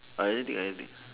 I anything anything